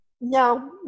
No